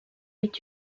est